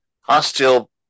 hostile